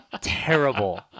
terrible